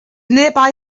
nearby